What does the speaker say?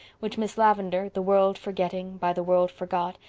which miss lavendar, the world forgetting, by the world forgot,